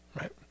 right